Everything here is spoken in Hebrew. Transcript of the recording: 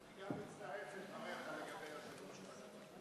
אני גם מצטרף לדבריך לגבי יושב-ראש ועדת